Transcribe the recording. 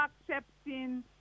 accepting